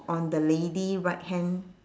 on the lady right hand